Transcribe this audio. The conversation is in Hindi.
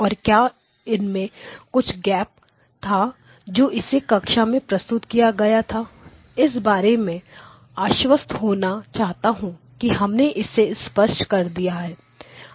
और क्या इनमें कुछ गैप था जब इसे कक्षा में प्रस्तुत किया गया था मैं इस बारे में आश्वस्त होना चाहता हूं कि हमने इसे स्पष्ट कर दिया था